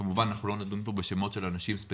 כמובן אנחנו לא נדון פה בשמות ספציפיים,